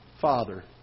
Father